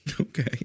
Okay